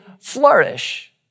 flourish